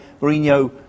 Mourinho